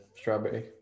strawberry